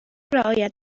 رعایت